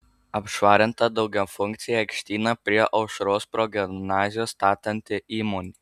apšvarinta daugiafunkcį aikštyną prie aušros progimnazijos statanti įmonė